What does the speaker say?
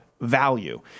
value